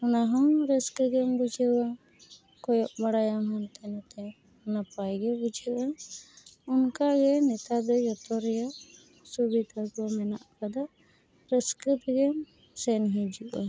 ᱚᱱᱟᱦᱚᱸ ᱨᱟᱹᱥᱠᱟᱹᱜᱮᱢ ᱵᱩᱡᱷᱟᱹᱣᱟ ᱠᱚᱭᱚᱜ ᱵᱟᱲᱟᱭᱟᱢ ᱦᱟᱱᱛᱮ ᱱᱟᱛᱮ ᱱᱟᱯᱟᱭ ᱜᱮ ᱵᱩᱡᱷᱟᱹᱜᱼᱟ ᱩᱱᱠᱟᱜᱮ ᱱᱤᱛᱟᱨ ᱫᱚ ᱡᱚᱛᱚ ᱨᱮᱭᱟ ᱥᱩᱵᱤᱫᱷᱟ ᱠᱚ ᱢᱮᱱᱟᱜ ᱟᱠᱟᱫᱟ ᱨᱟᱹᱥᱠᱟᱹ ᱛᱮᱜᱮᱢ ᱥᱮᱱ ᱦᱤᱡᱩᱼᱟ